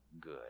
good